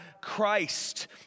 Christ